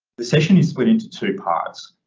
the session is split into two parts.